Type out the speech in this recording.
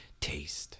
taste